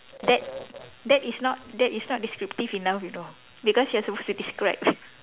that that is not that is not descriptive enough you know because you're supposed to describe